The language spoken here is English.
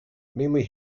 mainly